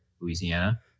Louisiana